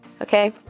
Okay